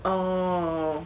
orh